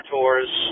Tours